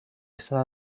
sarà